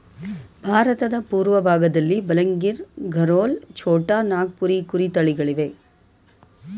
ಭಾರತದ ಪೂರ್ವಭಾಗದಲ್ಲಿ ಬಲಂಗಿರ್, ಗರೋಲ್, ಛೋಟಾ ನಾಗಪುರಿ ಕುರಿ ತಳಿಗಳಿವೆ